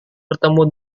bertemu